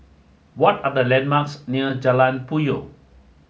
what are the landmarks near Jalan Puyoh